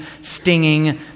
stinging